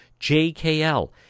jkl